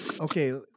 okay